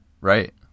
Right